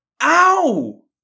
ow